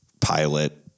pilot